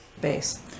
base